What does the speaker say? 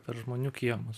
per žmonių kiemus